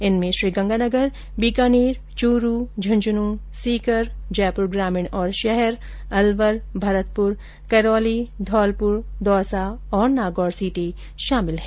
इनमें गंगानगर बीकानेर चूरू झुन्झुन् सीकर जयपुर ग्रामीण और शहर अलवर भरतपुर करौली धौलपुर दौसा और नागौर सीटें शामिल है